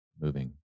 moving